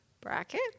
bracket